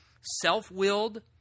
self-willed